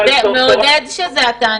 מעודד שזה אתה.